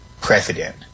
president